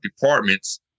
departments